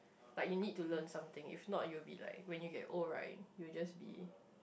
like you need to learn something if not you will be like when you get old right you will just be